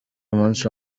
umunsi